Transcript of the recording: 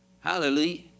Hallelujah